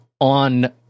on